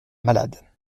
malade